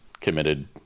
committed